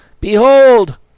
behold